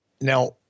Now